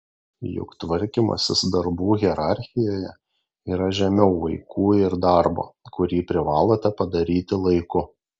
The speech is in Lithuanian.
juk tvarkymasis darbų hierarchijoje yra žemiau vaikų ir darbo kurį privalote padaryti laiku